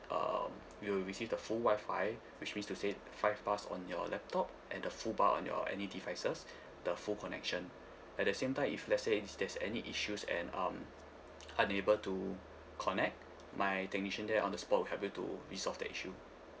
um you will receive the full WI-FI which means to say five bars on your laptop and the full bar on your any devices the full connection at the same time if let's say if there's any issues and um unable to connect my technician there on the spot will help you to resolve that issue